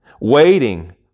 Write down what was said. waiting